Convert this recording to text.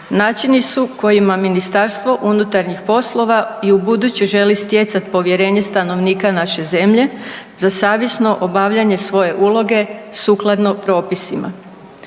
načini su kojima MUP i ubuduće želi stjecat povjerenje stanovnika naše zemlje za savjesno obavljanje svoje uloge sukladno propisima.